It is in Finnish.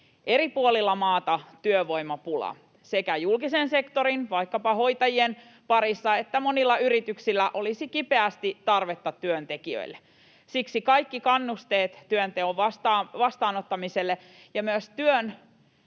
eri puolilla maata työvoimapula. Sekä julkisella sektorilla, vaikkapa hoitajien parissa, että monilla yrityksillä olisi kipeästi tarvetta työntekijöille. Siksi kaikki kannusteet työnteon vastaanottamiselle ja myös